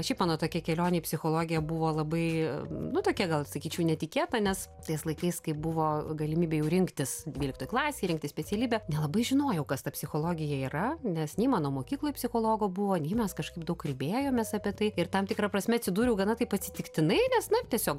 šiaip mano tokia kelionė į psichologiją buvo labai nu tokia gal sakyčiau netikėta nes tais laikais kai buvo galimybė jau rinktis dvyliktoj klasėj rinktis specialybę nelabai žinojau kas ta psichologija yra nes nei mano mokykloj psichologo buvo nei mes kažkaip daug kalbėjomės apie tai ir tam tikra prasme atsidūriau gana taip atsitiktinai nes na tiesiog